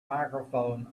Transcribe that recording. microphone